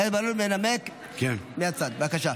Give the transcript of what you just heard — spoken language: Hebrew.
ארז מלול מנמק מהצד, בבקשה.